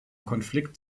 konflikt